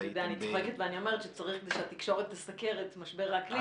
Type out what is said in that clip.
אני צוחקת ואני אומרת שכדי שהתקשורת תסקר את משבר האקלים,